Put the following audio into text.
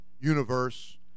universe